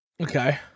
Okay